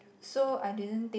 so I didn't think